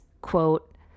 quote